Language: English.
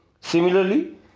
Similarly